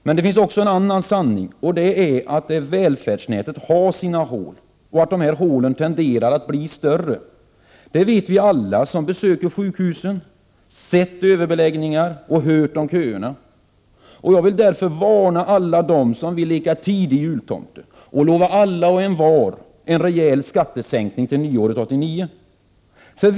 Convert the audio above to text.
Men det finns också en annan sanning, och det är att välfärdsnätet också har sina hål och att dessa hål tenderar att bli större. Det vet vi alla, vi som besöker sjukhusen och har sett överbeläggningar och hört om köer. Jag vill därför varna alla dem som vill leka tidig jultomte och lovar alla och envar en rejäl skattesänkning till nyåret 1989.